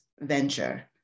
venture